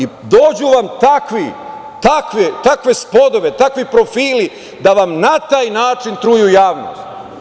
I dođu vam takve spodobe, takvi profili, da vam na taj način truju javnost.